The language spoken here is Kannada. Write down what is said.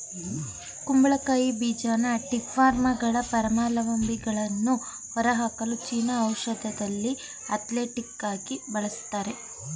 ಕುಂಬಳಕಾಯಿ ಬೀಜನ ಟೇಪ್ವರ್ಮ್ಗಳ ಪರಾವಲಂಬಿಗಳನ್ನು ಹೊರಹಾಕಲು ಚೀನಾದ ಔಷಧದಲ್ಲಿ ಆಂಥೆಲ್ಮಿಂಟಿಕಾಗಿ ಬಳಸ್ತಾರೆ